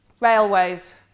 railways